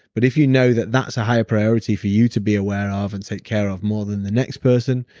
but if you know that that's a higher priority for you to be aware of and take care of more than the next person,